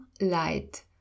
light